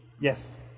Yes